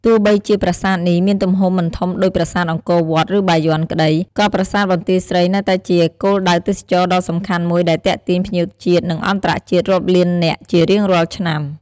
ទោះបីជាប្រាសាទនេះមានទំហំមិនធំដូចប្រាសាទអង្គរវត្ត ឬបាយ័នក្ដី ក៏ប្រាសាទបន្ទាយស្រីនៅតែជាគោលដៅទេសចរណ៍ដ៏សំខាន់មួយដែលទាក់ទាញភ្ញៀវជាតិ និងអន្តរជាតិរាប់លាននាក់ជារៀងរាល់ឆ្នាំ។